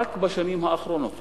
רק בשנים האחרונות,